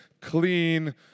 clean